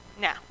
Now